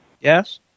Yes